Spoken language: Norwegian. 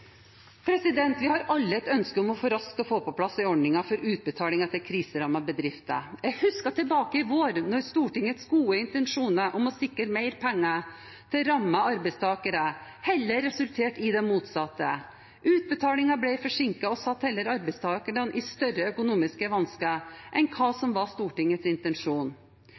Vi har alle et ønske om raskt å få på plass ordninger for utbetalinger til kriserammede bedrifter. Jeg husker tilbake til i vår, da Stortingets gode intensjoner om å sikre mer penger til rammede arbeidstakere resulterte i det motsatte – utbetalinger ble forsinket og satte heller arbeidstakerne i større økonomiske vansker enn å følge opp det som var Stortingets intensjon.